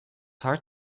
hard